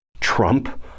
Trump